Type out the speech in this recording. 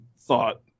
thought